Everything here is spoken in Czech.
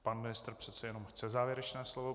Pan ministr přece jenom chce závěrečné slovo.